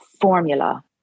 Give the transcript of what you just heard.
formula